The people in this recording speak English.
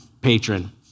patron